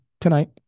tonight